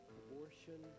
abortion